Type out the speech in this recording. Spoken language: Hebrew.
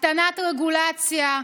הקטנת רגולציה,